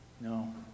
no